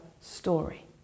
story